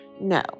No